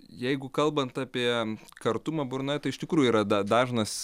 jeigu kalbant apie kartumą burnoje tai iš tikrųjų yra da dažnas